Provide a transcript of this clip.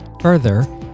Further